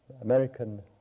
American